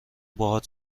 باهات